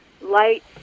light